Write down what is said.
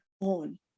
on